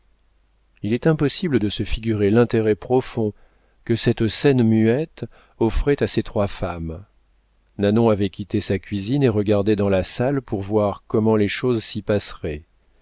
il est impossible de se figurer l'intérêt profond que cette scène muette offrait à ces trois femmes nanon avait quitté sa cuisine et regardait dans la salle pour voir comment les choses s'y passeraient